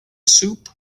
soup